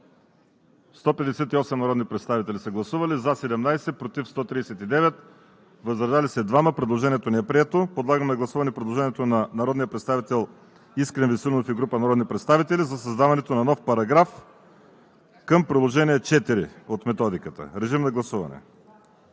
158 народни представители: за 17, против 139, въздържали се 2. Предложението не е прието. Подлагам на гласуване предложението на народния представител Искрен Веселинов и група народни представители за създаването на нов параграф към Приложение № 4 от Методиката. Гласували